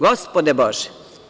Gospode Bože.